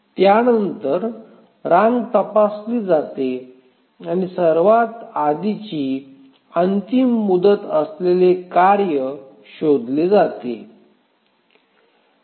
त्यानंतर रांग तपासली जाते आणि सर्वात आधीची अंतिम मुदत असलेले कार्य शोधले जाते